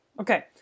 Okay